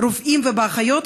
ברופאים ובאחיות,